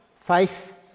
Faith